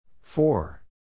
Four